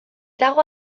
dago